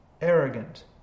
arrogant